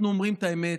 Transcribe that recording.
אנחנו אומרים את האמת.